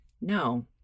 No